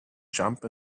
jump